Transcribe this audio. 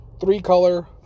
three-color